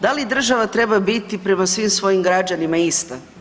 Da li država treba biti prema svim svojim građanima ista?